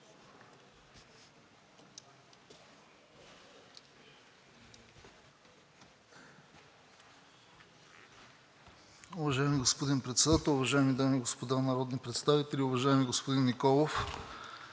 Уважаеми господин Председател, уважаеми дами и господа народни представители! Уважаеми господин Николов,